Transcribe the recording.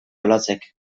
olatzek